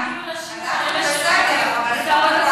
אלה שלא הגיעו.